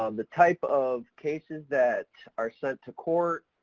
um the type of cases that are sent to court,